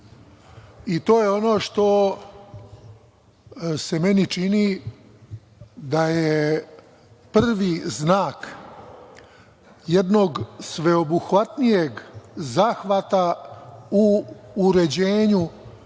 je ono što se meni čini da je prvi znak jednog sveobuhvatnijeg zahvata u uređenju